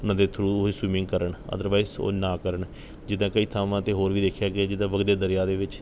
ਉਹਨਾਂ ਦੇ ਥਰੂ ਹੀ ਸਵੀਮਿੰਗ ਕਰਨ ਅਦਰਵਾਈਜ਼ ਸੋ ਨਾ ਕਰਨ ਜਿੱਦਾਂ ਕਈ ਥਾਵਾਂ 'ਤੇ ਹੋਰ ਵੀ ਦੇਖਿਆ ਗਿਆ ਜਿੱਦਾਂ ਵਗਦੇ ਦਰਿਆ ਦੇ ਵਿੱਚ